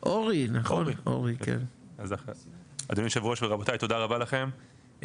טוב, אדוני יושב הראש ורבותיי תודה רבה לכם.